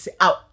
out